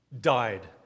died